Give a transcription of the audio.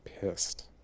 pissed